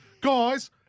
Guys